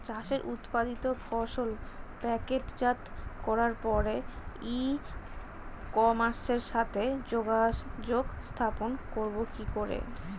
চাষের উৎপাদিত ফসল প্যাকেটজাত করার পরে ই কমার্সের সাথে যোগাযোগ স্থাপন করব কি করে?